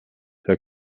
herr